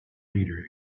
leader